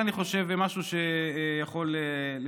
אני חושב שזה משהו שכן יכול לסייע.